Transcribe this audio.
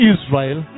Israel